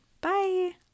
Bye